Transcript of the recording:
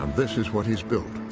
um this is what he's built.